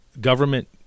government